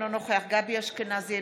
אינו נוכח גבי אשכנזי,